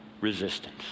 resistance